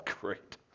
great